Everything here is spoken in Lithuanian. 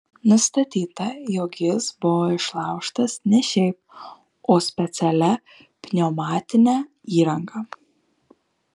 nustatyta jog jis buvo išlaužtas ne šiaip o specialia pneumatine įranga